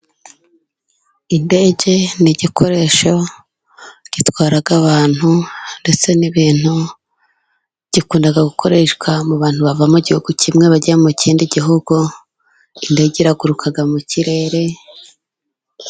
Indege ni igikoresho gitwara abantu ndetse n'ibintu, ikunda gukoreshwa mu bantu bava mu gihugu kimwe bajya mu kindi gihugu, indege iraguruka mu kirere.